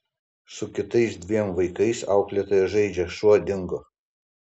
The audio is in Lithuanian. su kitais dviem vaikais auklėtoja žaidžia šuo dingo